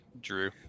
Drew